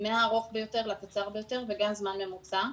מהארוך ביותר לקצר ביותר, וגם זמן ממוצע.